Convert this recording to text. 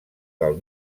del